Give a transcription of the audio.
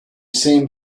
seems